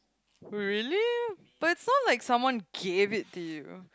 really but it sounds like someone gave it to you